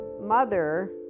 mother